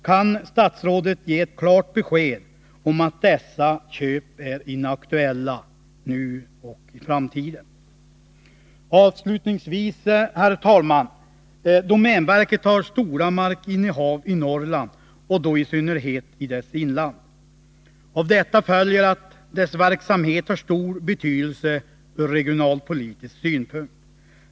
Kan statsrådet ge ett klart besked om att dessa köp är inaktuella, nu och i framtiden? Herr talman! Avslutningsvis vill jag säga att domänverket har stora markinnehav i Norrland, i synnerhet i dess inland. Av detta följer att domänverkets verksamhet har stor betydelse ur regionalpolitisk synpunkt.